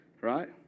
right